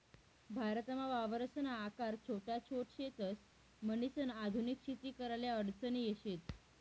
भारतमा वावरसना आकार छोटा छोट शेतस, म्हणीसन आधुनिक शेती कराले अडचणी शेत